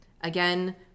again